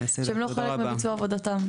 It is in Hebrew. שהם לא חלק מביצוע עבודתם.